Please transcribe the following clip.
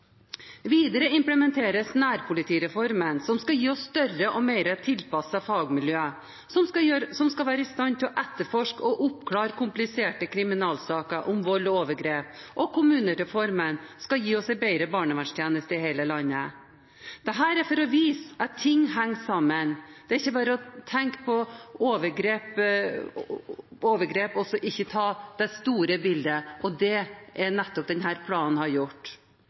Videre implementeres nærpolitireformen, som skal gi oss større og mer tilpassede fagmiljøer som skal være i stand til å etterforske og oppklare kompliserte kriminalsaker om vold og overgrep, og kommunereformen skal gi oss en bedre barnevernstjeneste i hele landet for å vise at ting henger sammen. Det er ikke bare å tenke på overgrep og ikke se det store bildet, og det er nettopp det en har gjort